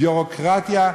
ביורוקרטיה.